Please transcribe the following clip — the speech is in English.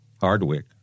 Hardwick